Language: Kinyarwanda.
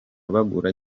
bagura